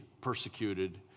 persecuted